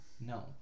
No